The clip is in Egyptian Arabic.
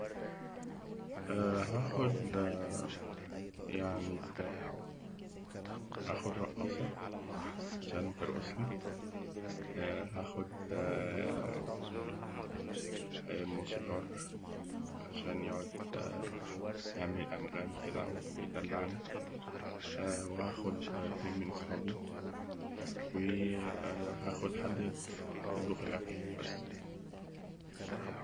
هأخد رقاصة عشان ترقص لي، وهأخد موسيقار عشان يقعد يعمل انغام كده ويدلعني، وهأخد اتنين من أصحابي، وهأخد حد يطبخ يطبخ الأكل بس.